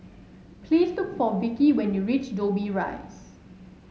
please look for Vikki when you reach Dobbie Rise